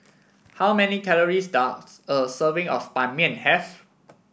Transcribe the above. how many calories does a serving of Ban Mian have